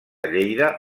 lleida